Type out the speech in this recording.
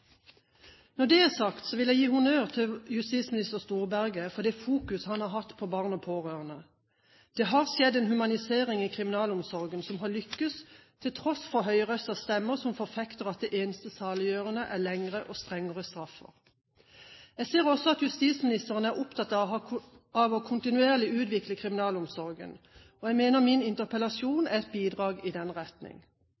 Når det er sagt, vil jeg gi honnør til justisminister Storberget for det fokus han har hatt på barn og pårørende. Det har skjedd en humanisering i kriminalomsorgen som har lyktes, til tross for høyrøstede stemmer som forfekter at det eneste saliggjørende er lengre og strengere straffer. Jeg ser også at justisministeren er opptatt av kontinuerlig å utvikle kriminalomsorgen, og jeg mener min interpellasjon